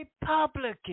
Republicans